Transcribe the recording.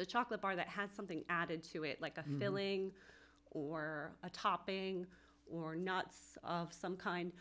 a chocolate bar that has something added to it like a milling or a topping war not some kind